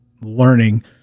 learning